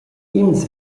ins